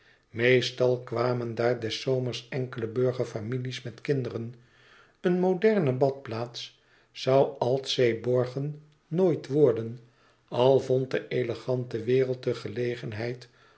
meestal kwamen daar des zomers enkele burgerfamilies met kinderen een moderne badplaats zoû altseeborgen nooit worden al vond de elegante wereld de gelegenheid